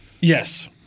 Yes